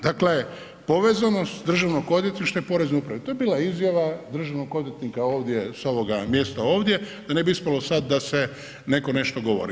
Dakle, povezanost Državnog odvjetništva i Porezne uprave, to je bila izjava državnog odvjetnika ovdje s ovoga mjesta ovdje da ne bi ispalo sad da se netko nešto govori.